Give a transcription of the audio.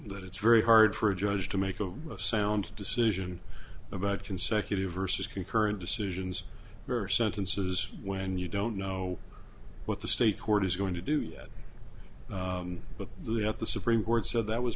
that it's very hard for a judge to make a sound decision about consecutive versus concurrent decisions or sentences when you don't know what the state court is going to do yet but at the supreme court so that was